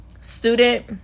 student